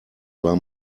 war